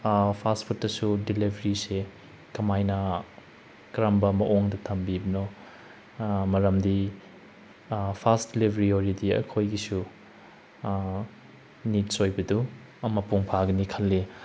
ꯐꯥꯁ ꯐꯨꯗꯇꯁꯨ ꯗꯤꯂꯕ꯭ꯔꯤꯁꯦ ꯀꯃꯥꯏꯅ ꯀꯔꯝꯕ ꯃꯑꯣꯡꯗ ꯊꯝꯕꯤꯕꯅꯣ ꯃꯔꯝꯗꯤ ꯐꯥꯁ ꯗꯤꯂꯤꯕ꯭ꯔꯤ ꯑꯣꯏꯔꯗꯤ ꯑꯩꯈꯣꯏꯒꯤꯁꯨ ꯅꯤꯗꯁ ꯑꯣꯏꯕꯗꯨ ꯃꯄꯨꯡ ꯐꯥꯒꯅꯤ ꯈꯜꯂꯤ